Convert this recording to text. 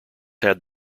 had